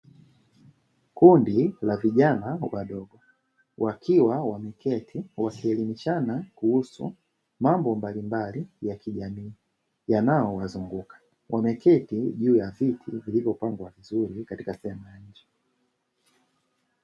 Kundi la vijana wadogo wakiwa wameketi wakielimishana kuhusu mambo mbalimbali ya kijamii yanayowazunguka. Wameketi juu ya viti vilivyopangwa vizuri katika sehemu ya nje.